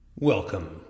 Welcome